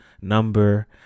number